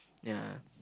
ya